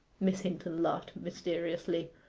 miss hinton laughed mysteriously.